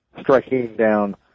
striking-down